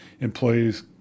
employees